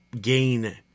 gain